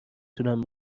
تونم